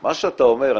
--- מה שאתה אומר,